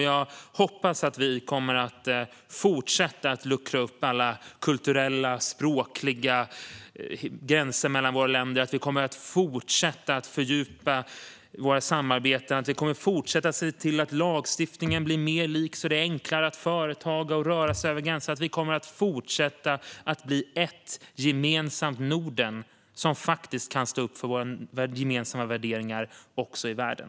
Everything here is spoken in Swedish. Jag hoppas att vi kommer att fortsätta luckra upp alla kulturella och språkliga gränser mellan våra länder, att vi kommer att fortsätta fördjupa våra samarbeten, att vi kommer att fortsätta se till att lagstiftningen blir mer lik så att det blir enklare att företaga och röra sig över gränserna och att vi kommer att fortsätta att bli ett gemensamt Norden som faktiskt kan stå upp för våra gemensamma värderingar också i världen.